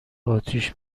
آتیش